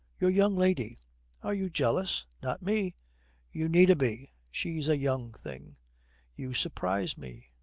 your young lady are you jealyous not me you needna be. she's a young thing you surprises me.